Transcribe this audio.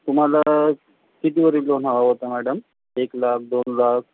तुम्हाला कितीवरी लोन हवं होतं मॅडम एक लाख दोन लाख